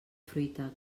fruita